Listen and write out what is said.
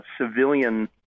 civilian